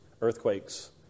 earthquakes